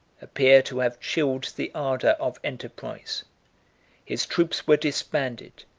appear to have chilled the ardor of enterprise his troops were disbanded,